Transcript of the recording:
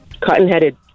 Cotton-headed